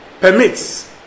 permits